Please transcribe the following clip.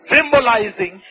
Symbolizing